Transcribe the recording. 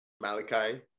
Malachi